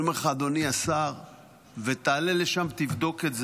אני אומר לך, אדוני השר, ותעלה לשם תבדוק את זה,